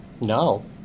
No